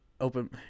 open